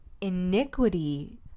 iniquity